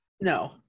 No